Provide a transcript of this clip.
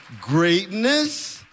greatness